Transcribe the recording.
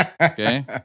Okay